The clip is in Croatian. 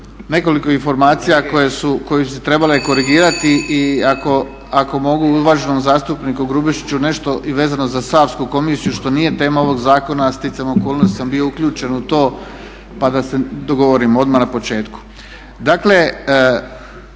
Nekoliko informacija koje su se trebale korigirati i ako mogu uvaženom zastupniku Grubišiću nešto i vezano za Savsku komisiju što nije tema ovog zakona, a stjecajem okolnosti sam bio uključen u to pa da se dogovorimo odmah na početku. Dakle